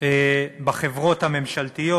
בחברות הממשלתיות.